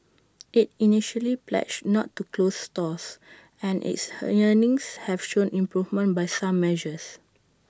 IT initially pledged not to close stores and its earnings have shown improvement by some measures